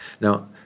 Now